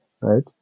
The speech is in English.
right